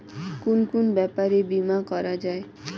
কুন কুন ব্যাপারে বীমা করা যায়?